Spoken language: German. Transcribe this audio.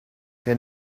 der